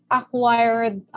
acquired